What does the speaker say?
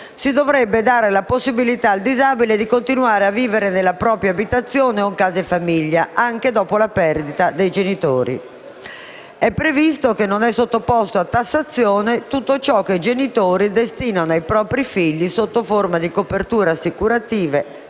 si dovrebbe dare la possibilità al disabile di continuare a vivere nella propria abitazione o in case famiglia, anche dopo la perdita dei genitori. Inoltre, è previsto che non sia sottoposto a tassazione tutto ciò che i genitori destinano ai propri figli sotto forma di coperture assicurative,